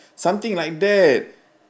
something like that